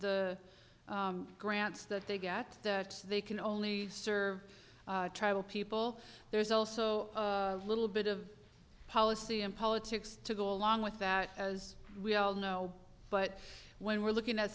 the grants that they get that they can only serve tribal people there's also a little bit of policy and politics to go along with that as we all know but when we're looking at